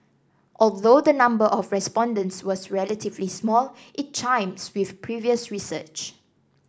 although the number of respondents was relatively small it chimes with previous research